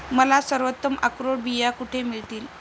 मला सर्वोत्तम अक्रोड बिया कुठे मिळतील